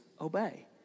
obey